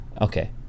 Okay